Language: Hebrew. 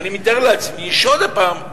אני מתאר לעצמי עוד פעם: